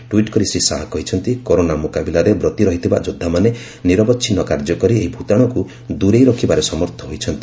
tweet କରି ଶ୍ରୀ ଶାହା କହିଛନ୍ତି corona ମୁକାବିଲାରେ ବ୍ରତି ରହିଥିବା ଯୋଦ୍ଧାମାନେ ନିରବଚ୍ଛିନ୍ନ କାର୍ଯ୍ୟ କରି ଏହି ଭୂତାଣୁକୁ ଦୂରେଇ ରଖିବାରେ ସମର୍ଥ ହୋଇଛନ୍ତି